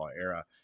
era